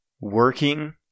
working